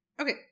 Okay